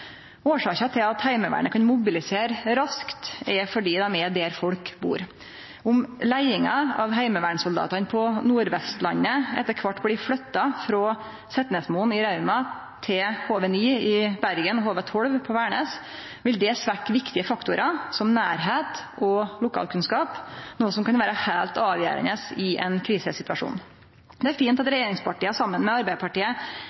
Årsaka til at Heimevernet kan mobilisere raskt, er at dei er der folk bur. Om leiinga av heimevernssoldatane på Nordvestlandet etter kvart blir flytta frå Setnesmoen i Rauma til HV-09 i Bergen og HV-12 på Værnes, vil det svekkje viktige faktorar som nærleik og lokalkunnskap, noko som kan vere heilt avgjerande i ein krisesituasjon. Det er fint at